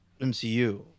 MCU